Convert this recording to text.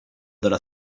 della